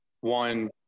one